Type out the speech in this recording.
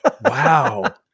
Wow